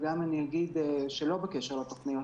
וגם שלא בקשר לתוכניות.